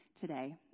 today